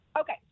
Okay